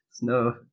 No